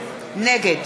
נגד